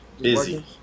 busy